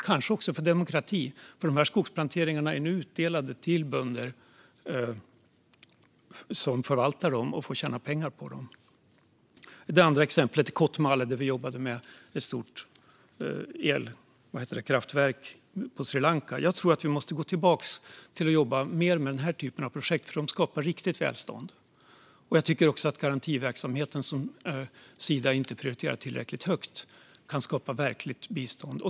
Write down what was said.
Kanske också för demokratin, för de här skogsplanteringarna är nu utdelade till bönder som förvaltar dem och får tjäna pengar på dem. Ett annat exempel är Kotmale på Sri Lanka där vi jobbade med ett stort elkraftverk. Jag tror att vi måste gå tillbaka till att jobba mer med den här typen av projekt, för de skapar riktigt välstånd. Jag tror också att garantiverksamheten som Sida inte prioriterar tillräckligt högt kan skapa verkligt bistånd.